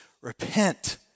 repent